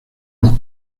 los